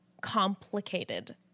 complicated